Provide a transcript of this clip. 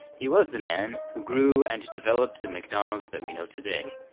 he was the man who grew and developed the mcdonald's that we know today,